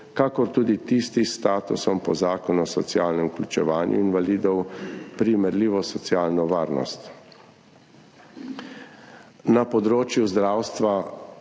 kakor tudi tisti s statusom po Zakonu o socialnem vključevanju invalidov, primerljivo socialno varnost. Na področju zdravstva